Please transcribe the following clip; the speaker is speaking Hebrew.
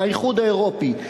מהאיחוד האירופי,